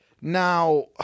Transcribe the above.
Now